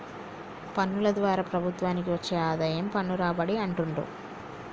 పన్నుల ద్వారా ప్రభుత్వానికి వచ్చే ఆదాయం పన్ను రాబడి అంటుండ్రు